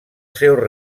seu